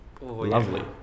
lovely